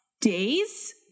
days